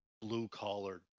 blue-collar